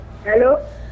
Hello